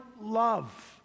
love